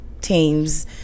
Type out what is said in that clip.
Teams